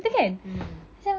mm